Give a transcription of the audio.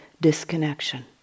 disconnection